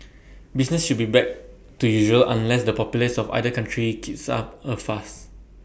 business should be back to usual unless the populace of either country kicks up A fuss